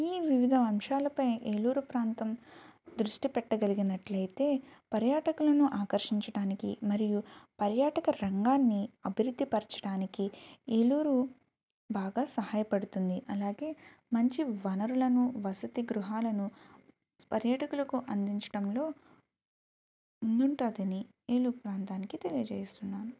ఈ వివిధ అంశాలపై ఏలూరు ప్రాంతం దృష్టి పెట్టగలిగినట్లయితే పర్యాటకులను ఆకర్షించటానికి మరియు పర్యాటక రంగాన్ని అభివృద్ధి పరచడానికి ఏలూరు బాగా సహాయపడుతుంది అలాగే మంచి వనరులను వసతి గృహాలను పర్యాటకులకు అందించడంలో ముందుంటుందని ఏలూరు ప్రాంతానికి తెలియజేస్తున్నాను